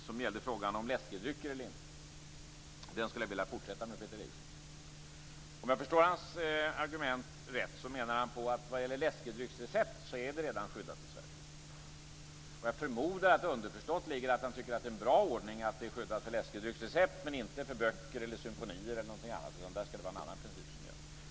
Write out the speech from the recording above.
Det gällde frågan om läskedrycker eller inte. Detta skulle jag vilja fortsätta att diskutera med Peter Eriksson. Om jag förstår hans argument rätt menar han att läskedrycksrecept redan är skyddade i Sverige. Jag förmodar att det underförstått ligger att han tycker att det är en bra ordning att det finns skydd för läskedrycksrecept, men att det skall gälla en annan princip för böcker, symfonier eller annat.